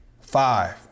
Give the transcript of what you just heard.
Five